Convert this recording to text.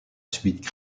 suite